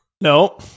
no